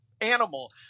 animal